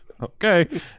Okay